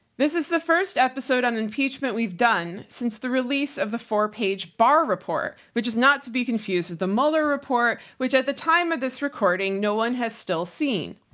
this is the first episode on impeachment we've done since the release of the four page barr report, which is not to be confused with the mueller report, which at the time of this recording, no one has still seen.